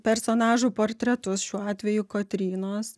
personažų portretus šiuo atveju kotrynos